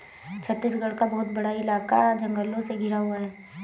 छत्तीसगढ़ का बहुत बड़ा इलाका जंगलों से घिरा हुआ है